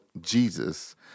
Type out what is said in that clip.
Jesus